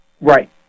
right